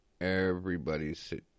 Everybody's